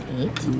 eight